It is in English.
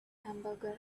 hamburger